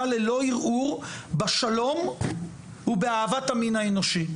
ללא ערעור בשלום ובאהבת המין האנושי.